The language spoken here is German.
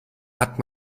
hat